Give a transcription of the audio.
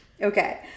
Okay